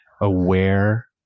aware